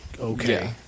okay